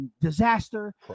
disaster